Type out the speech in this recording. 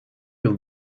yıl